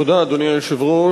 תודה, אדוני היושב-ראש.